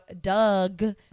Doug